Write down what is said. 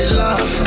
love